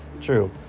true